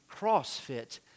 CrossFit